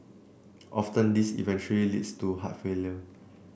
often this eventually leads to heart failure